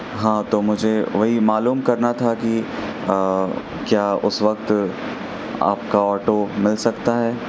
ہاں تو مجھے وہی معلوم کرنا تھا کہ کیا اس وقت آپ کا آٹو مل سکتا ہے